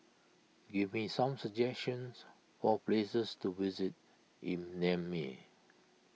give me some suggestions for places to visit in Niamey